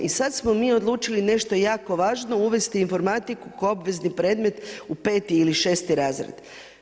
I sada smo mi odlučili nešto jako važno uvesti informatiku kao obvezni predmet u 5. ili 6. razred.